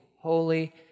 holy